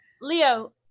Leo